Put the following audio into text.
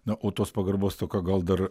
na o tos pagarbos stoka gal dar